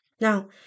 Now